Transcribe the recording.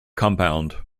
compound